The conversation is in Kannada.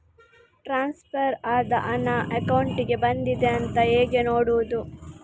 ಟ್ರಾನ್ಸ್ಫರ್ ಆದ ಹಣ ಅಕೌಂಟಿಗೆ ಬಂದಿದೆ ಅಂತ ಹೇಗೆ ನೋಡುವುದು?